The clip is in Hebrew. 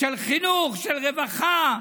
של חינוך, של רווחה,